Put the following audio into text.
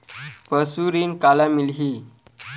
पशु ऋण काला मिलही?